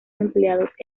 empleados